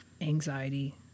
anxiety